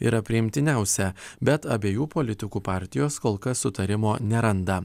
yra priimtiniausia bet abiejų politikų partijos kol kas sutarimo neranda